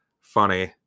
Funny